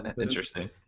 Interesting